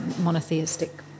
monotheistic